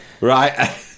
right